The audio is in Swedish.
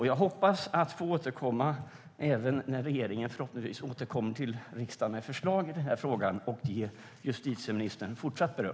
Jag hoppas att få återkomma även när regeringen förhoppningsvis återkommer till riksdagen med förslag i den här frågan och ge justitieministern fortsatt beröm.